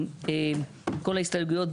כל ההסתייגויות,